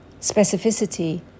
specificity